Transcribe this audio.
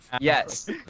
yes